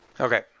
Okay